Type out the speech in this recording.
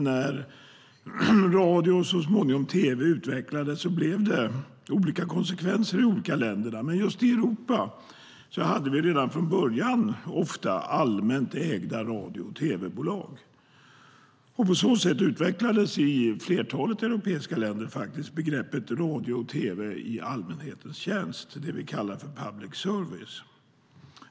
När radio och så småningom tv utvecklades blev det olika konsekvenser i de olika länderna, men just i Europa hade vi redan från början ofta allmänt ägda radio och tv-bolag. På så sätt utvecklades i flertalet europeiska länder begreppet radio och tv i allmänhetens tjänst, det vi kallar för public service.